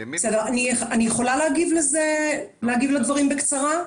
אני יכולה להגיב לדברים בקצרה?